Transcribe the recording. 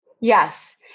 Yes